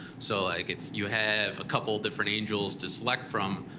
so like if you have a couple different angels to select from,